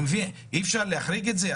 אי אפשר להחריג את זה?